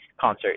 concert